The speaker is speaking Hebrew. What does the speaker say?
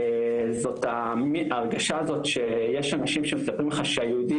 זאת ההרגשה הזאת שיש אנשים שמספרים לך שהיהודים